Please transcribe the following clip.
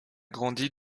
grandi